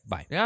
Bye